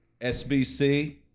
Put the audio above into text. SBC